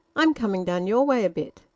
i'm coming down your way a bit.